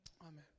Amen